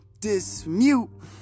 Dismute